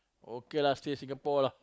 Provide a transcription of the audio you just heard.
okay lah stay Singapore lah